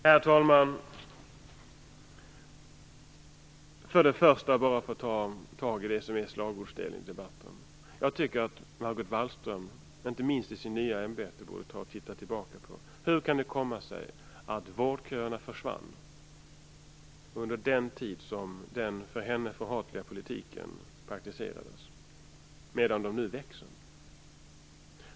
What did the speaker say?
Herr talman! Först skall jag ta tag i det som sagts om slagord i debatten. Jag tycker att Margot Wallström, inte minst i sitt nya ämbete, borde titta tillbaka och fundera över hur det kunde komma sig att vårdköerna försvann under den tid som den för henne förhatliga politiken praktiserades, medan de nu växer.